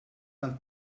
għall